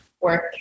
work